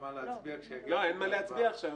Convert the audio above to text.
כשיגיע הזמן